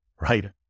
right